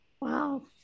wow